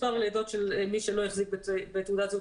מספר לידות של מי שלא החזיקה בתעודת זהות